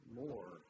more